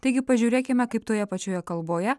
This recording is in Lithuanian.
taigi pažiūrėkime kaip toje pačioje kalboje